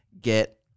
get